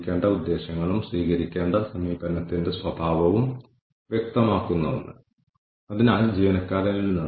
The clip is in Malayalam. തുടർന്ന് ഉപഭോക്തൃ സംതൃപ്തിയുടെ നിലവാരവും നമ്മൾ പ്രവർത്തിക്കുന്ന മേഖലയുമായി താരതമ്യപ്പെടുത്തുമ്പോൾ ഉപഭോക്തൃ സംതൃപ്തിയുടെ ക്വാർട്ടൈലും